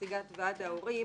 נציגת ועד פורום ההורים